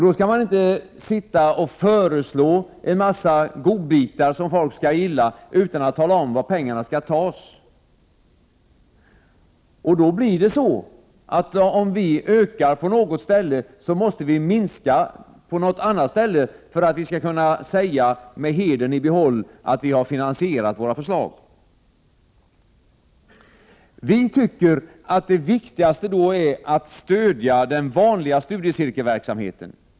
Då skall man inte föreslå en mängd godbitar som folk skall gilla utan att tala om var pengarna skall tas. Därför måste vi i folkpartiet, om vi vill öka anslagen på något ställe, minska dem på något annat ställe för att vi med hedern i behåll skall kunna säga att vi har finansierat våra förslag. Vi anser att det viktigaste då är att stödja den vanliga studiecirkelverksamheten.